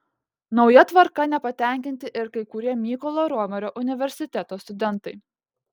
nauja tvarka nepatenkinti ir kai kurie mykolo romerio universiteto studentai